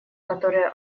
которые